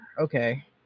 Okay